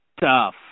tough